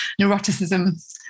neuroticism